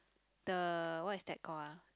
the what is that called ah